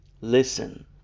Listen